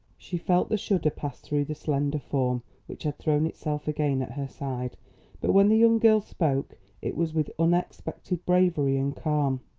she felt the shudder pass through the slender form which had thrown itself again at her side but when the young girl spoke it was with unexpected bravery and calm.